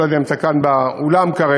אני לא יודע אם אתה כאן באולם כרגע,